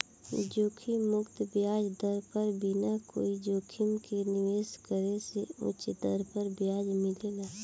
जोखिम मुक्त ब्याज दर पर बिना कोई जोखिम के निवेश करे से उच दर पर ब्याज मिलेला